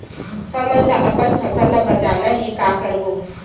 हमन ला अपन फसल ला बचाना हे का करबो?